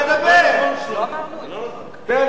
בן-אדם נכנס,